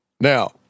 Now